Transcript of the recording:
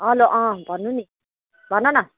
हलो अँ भन्नु नि भन न